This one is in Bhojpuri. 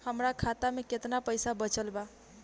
हमरा खाता मे केतना पईसा बचल बा?